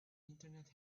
internet